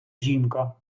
жінка